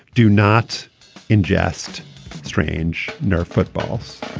do not ingest strange nerf footballs.